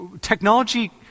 Technology